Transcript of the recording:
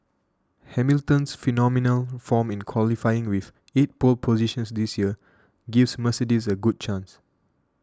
Hamilton's phenomenal form in qualifying with eight pole positions this year gives Mercedes a good chance